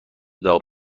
داغ